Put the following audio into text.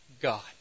God